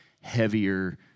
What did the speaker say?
heavier